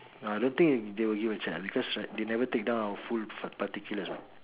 no I don't think they will give a cheque because they never take down our full particulars what